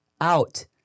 out